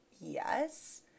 yes